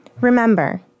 Remember